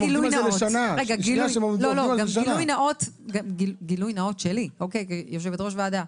גילוי נאות שלי כיושבת-ראש ועדה,